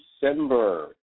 December